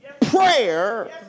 prayer